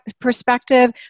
perspective